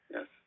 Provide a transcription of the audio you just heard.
Yes